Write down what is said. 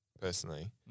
Personally